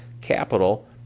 capital